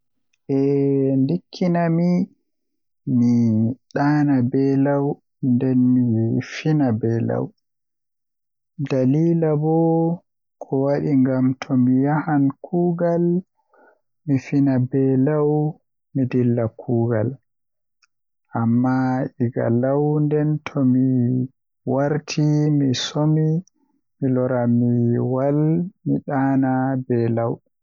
Eh ndikkima,I ,I daana be law nden mi fina bo be law, dalila bo ko wadi ngam tomi yahan kuugal mifina be law mi dilla kuugal am egaa law nden tomi tomi warti mi somi mi lora mi waal mi daana be law.